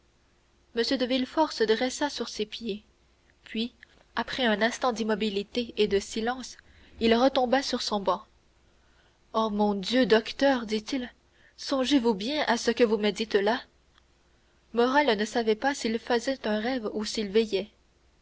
m de villefort se dressa sur ses pieds puis après un instant d'immobilité et de silence il retomba sur son banc oh mon dieu docteur dit-il songez-vous bien à ce que vous me dites là morrel ne savait pas s'il faisait un rêve ou s'il veillait